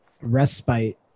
respite